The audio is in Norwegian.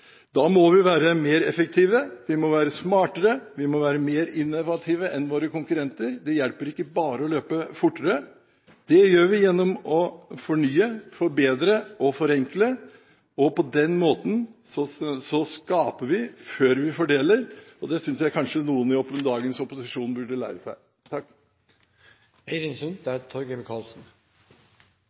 Da må vi være mer effektive, vi må være smartere, vi må være mer innovative enn våre konkurrenter – det hjelper ikke bare å løpe fortere – og det gjør vi gjennom å fornye, forbedre og forenkle. På den måten skaper vi før vi fordeler, og det synes jeg kanskje noen i dagens opposisjon burde lære seg.